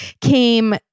came